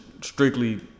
strictly